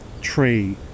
tree